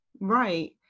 Right